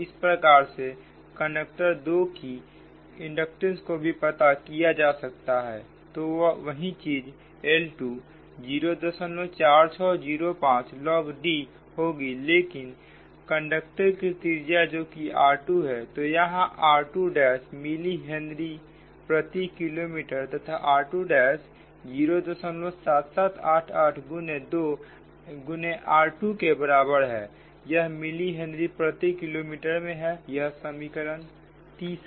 इसी प्रकार से कंडक्टर 2 कि इंडक्टेंस को भी पता किया जा सकता है तो वही चीजें L2 04605 log D होंगी लेकिन कंडक्टर की त्रिज्या जोकि r2 है तो यहां r2 मिली हेनरी प्रति किलोमीटर तथा r207788 गुने r2 के बराबर है यह मिली हेनरी प्रति किलोमीटर में है यह समीकरण 30 है